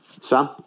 Sam